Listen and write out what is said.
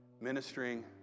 ministering